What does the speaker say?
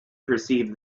perceived